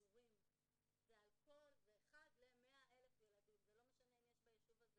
מעגל המשפחה, המשפחה המורחבת והמשפחה המצומצמת.